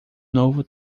novo